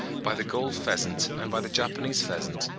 by the gold pheasant and by the japanese pheasant,